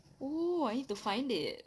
oh I need to find it